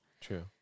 true